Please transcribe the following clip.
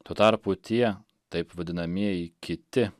tuo tarpu tie taip vadinamieji kiti